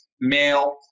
male